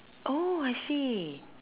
oh I see